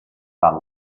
val